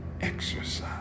exercise